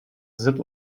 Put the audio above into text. zip